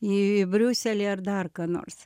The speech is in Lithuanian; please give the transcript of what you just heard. į briuselį ar dar ką nors